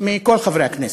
מכל חברי הכנסת.